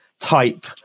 type